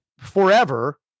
forever